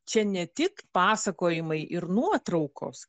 čia ne tik pasakojimai ir nuotraukos